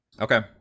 Okay